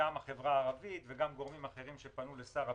גם החברה הערבית וגם גורמים אחרים שפנו לשר הפנים.